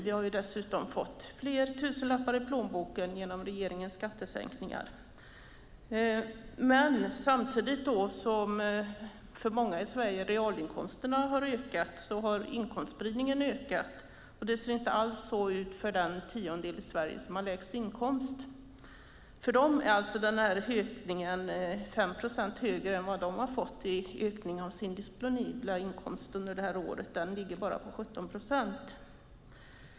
Vi har dessutom fått fler tusenlappar i plånboken genom regeringens skattesänkningar. Men samtidigt som realinkomsterna har ökat för många i Sverige har inkomstspridningen ökat, och det ser inte alls så ut för den tiondel i Sverige som har lägst inkomst. För dem är alltså den här ökningen 5 procent högre än vad de har fått i ökning av sin disponibla inkomst i år, som ligger bara på 17 procent.